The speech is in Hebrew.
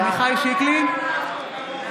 (קוראת